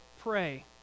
pray